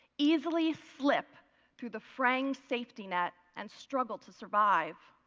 easily slip through the praying safety net and struggle to survive.